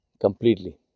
completely